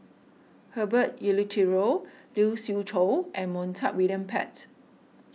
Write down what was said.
Herbert Eleuterio Lee Siew Choh and Montague William Pett